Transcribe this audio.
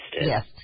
Yes